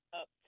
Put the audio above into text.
up